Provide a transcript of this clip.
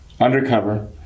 undercover